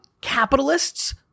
capitalists